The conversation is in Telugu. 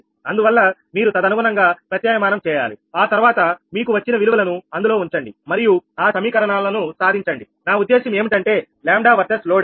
అందువల్ల మీరు తదనుగుణంగా ప్రత్యాయ మానం చేయాలి ఆ తర్వాత మీకు వచ్చిన విలువలను అందులో ఉంచండి మరియు ఆ సమీకరణాలను సాధించండి నా ఉద్దేశ్యం ఏంటంటే 𝜆 వర్సెస్ లోడ్ అని